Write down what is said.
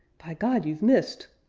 by god, you've missed!